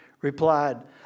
replied